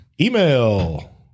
Email